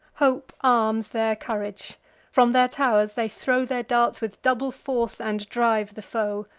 hope arms their courage from their tow'rs they throw their darts with double force, and drive the foe.